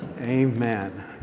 Amen